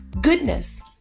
goodness